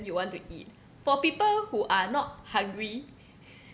you want to eat for people who are not hungry